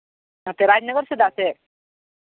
ᱱᱚᱛᱮ ᱨᱟᱡᱽᱱᱚᱜᱚᱨ ᱥᱮᱱᱟᱜ ᱥᱮᱫ